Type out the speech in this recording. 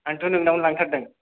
आंथ' नोंनावनो लांथारदों